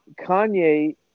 Kanye